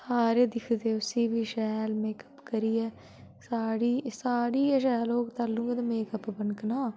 सारे दिखदे उसी फ्ही शैल मेकअप करियै साड़ी साड़ी गै शैल होग तैलु गै ते मेकअप बनकना